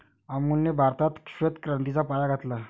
अमूलने भारतात श्वेत क्रांतीचा पाया घातला